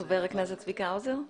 חבר הכנסת צביקה האוזר.